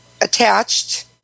attached